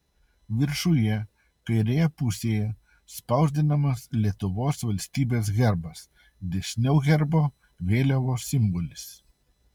viršuje kairėje pusėje spausdinamas lietuvos valstybės herbas dešiniau herbo vėliavos simbolis